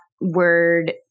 word